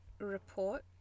report